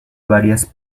varias